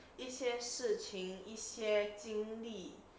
一些事情一些经历